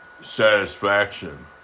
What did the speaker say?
satisfaction